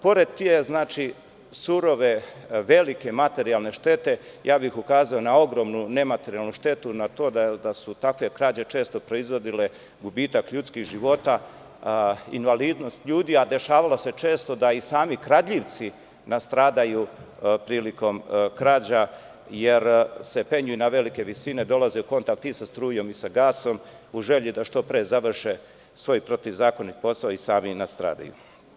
Pored te surove, velike materijalne štete, ja bih ukazao na ogromnu nematerijalnu štetu, na to da su takve krađe često proizvodile gubitak ljudskih života, invalidnost ljudi, a dešavalo se često da i sami kradljivci nastradaju prilikom krađa jer se penju na velike visine, dolaze u kontakt i sa strujom i sa gasom u želji da što pre završe svoj protivzakonit posao i sami nastradaju.